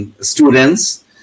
students